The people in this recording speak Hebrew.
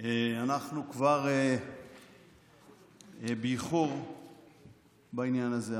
אנחנו כבר באיחור בעניין הזה.